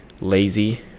lazy